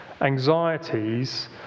anxieties